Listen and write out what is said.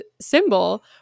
symbol